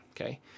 Okay